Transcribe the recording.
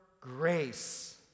grace